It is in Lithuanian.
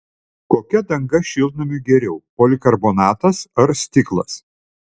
kokia danga šiltnamiui geriau polikarbonatas ar stiklas